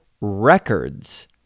Records